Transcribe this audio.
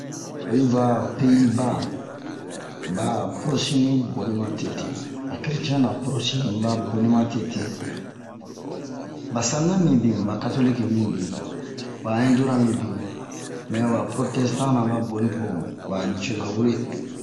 Oyi va ho Peyiba ba porosini boni ma tete ba keretiɛn na porosini boni ba boni ma tete ba sanina mibin ba karoliki mibin ba indura mibin mɛ hoba porotɛstan na ba boni po ba nicoza wure